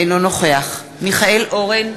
אינו נוכח מיכאל אורן,